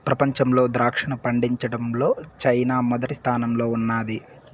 ప్రపంచంలో ద్రాక్షను పండించడంలో చైనా మొదటి స్థానంలో ఉన్నాది